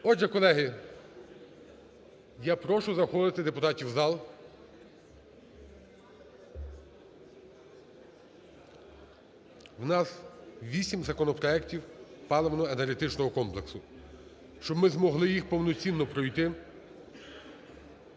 Отже, колеги, я прошу заходити депутатів в зал. В нас 8 законопроектів паливно-енергетичного комплексу. Щоб ми змогли їх повноцінно пройти,